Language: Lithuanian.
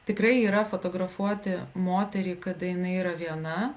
tikrai yra fotografuoti moterį kada jinai yra viena